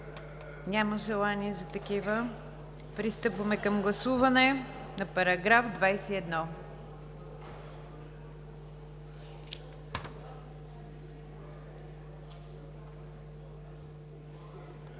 Няма желания за такива. Престъпваме към гласуване на § 21.